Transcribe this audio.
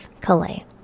Calais